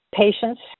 patients